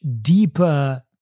deeper